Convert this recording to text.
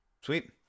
Sweet